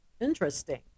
Interesting